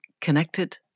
connected